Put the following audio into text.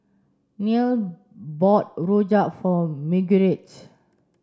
Neal bought Rojak for Marguerite